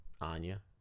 Anya